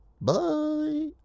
Bye